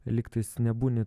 lyg tais nebūni